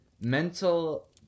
mental